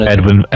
Edwin